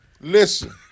Listen